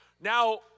Now